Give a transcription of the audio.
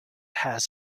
has